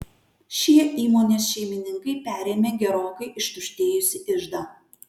šie įmonės šeimininkai perėmė gerokai ištuštėjusį iždą